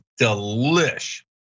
delish